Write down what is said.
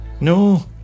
No